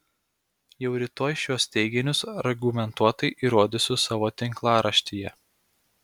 jau rytoj šiuos teiginius argumentuotai įrodysiu savo tinklaraštyje